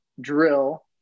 drill